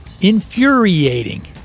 Infuriating